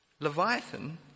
Leviathan